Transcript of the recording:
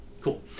Cool